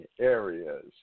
areas